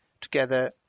together